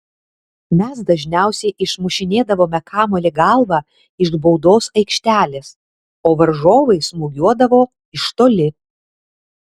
mes dažniausiai išmušinėdavome kamuolį galva iš baudos aikštelės o varžovai smūgiuodavo iš toli